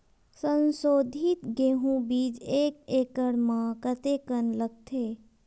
संसोधित गेहूं बीज एक एकड़ म कतेकन लगथे?